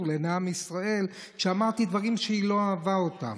לעיני עם ישראל כשאמרתי דברים שהיא לא אהבה אותם.